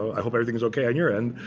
i hope everything is ok on your end.